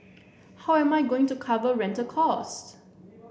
how am I going to cover rental costs